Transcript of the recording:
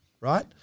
right